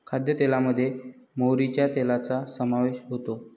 खाद्यतेलामध्ये मोहरीच्या तेलाचा समावेश होतो